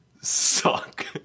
suck